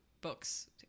books